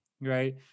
right